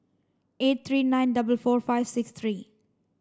eight three nine double four five six three